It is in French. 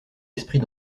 esprit